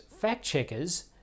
fact-checkers